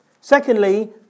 Secondly